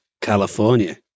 California